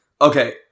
okay